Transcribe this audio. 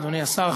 אדוני השר,